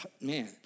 man